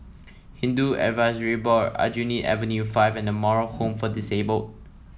Hindu Advisory Board Aljunied Avenue Five and Moral Home for Disabled